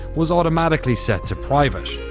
was automatically set to private.